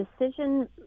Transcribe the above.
decision